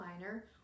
liner